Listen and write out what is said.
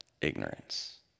ignorance